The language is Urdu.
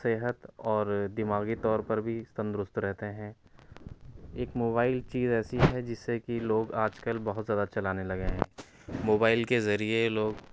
صحت اور دماغی طور پر بھی تندرست رہتے ہیں ایک موبائل چیز ایسی ہے جسے کہ لوگ آج کل بہت زیادہ چلانے لگے ہیں موبائل کے ذریعے لوگ